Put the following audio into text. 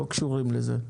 לא קשורים לזה,